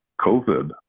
COVID